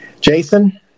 Jason